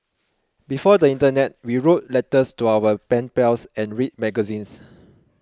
before the internet we wrote letters to our pen pals and read magazines